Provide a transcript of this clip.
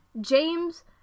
James